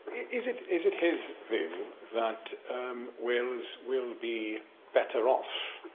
is it is it his view that wales will be better off,